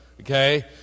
Okay